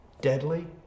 deadly